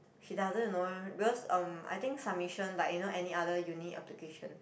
she doesn't you know because um I think submission like you know any other uni application